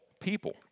people